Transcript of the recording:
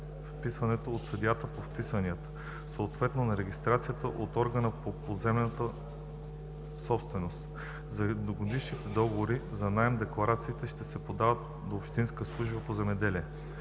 вписването от съдията по вписванията, съответно на регистрацията от органа по поземлената собственост. За едногодишните договори за наем декларацията ще се подава до общинската служба по земеделие.